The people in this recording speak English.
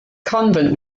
convent